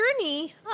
journey